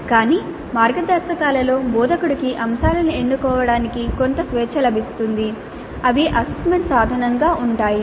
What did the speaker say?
కానీ ఈ మార్గదర్శకాలలో బోధకుడికి అంశాలను ఎన్నుకోవటానికి కొంత స్వేచ్ఛ లభిస్తుంది అవి అసెస్మెంట్ సాధనంగా ఉంటాయి